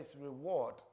reward